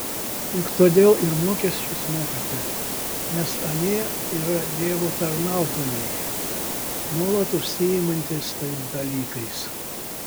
juk todėl ir mokesčius mokate nes anie yra dievo tarnautojai nuolat užsiimantys tais dalykais